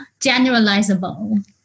generalizable